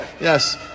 yes